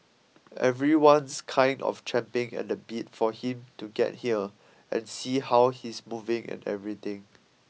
everyone's kind of champing at the bit for him to get here and see how he's moving and everything